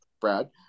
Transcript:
brad